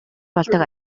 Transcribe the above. болдог